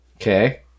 Okay